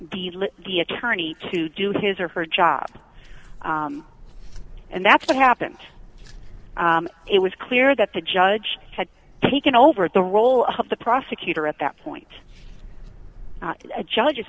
let the attorney to do his or her job and that's what happened it was clear that the judge had taken over the role of the prosecutor at that point a judge